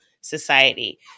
society